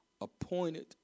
appointed